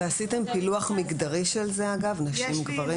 עשיתם פילוח מגדרי של זה, נשים/גברים?